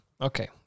Okay